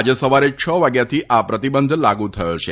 આજે સવારે છ વાગ્યાથી આ પ્રતિબંધ લાગુ થયો છે